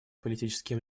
политическим